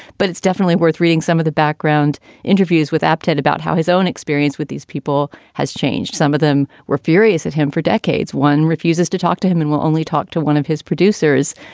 but it's definitely worth reading some of the background interviews with apted about how his own experience with these people has changed. some of them were furious at him for decades. one refuses to talk to him and we'll only talk to one of his producers.